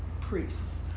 priests